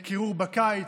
לקירור בקיץ,